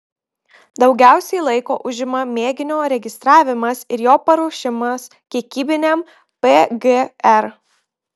daugiausiai laiko užima mėginio registravimas ir jo paruošimas kiekybiniam pgr